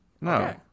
No